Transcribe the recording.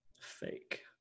fake